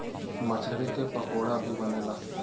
मछरी के पकोड़ा भी बनेला